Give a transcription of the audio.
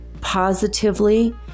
positively